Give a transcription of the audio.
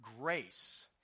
Grace